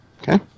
Okay